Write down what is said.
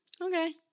okay